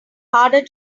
harder